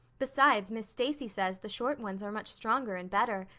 besides, miss stacy says the short ones are much stronger and better.